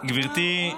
גברתי,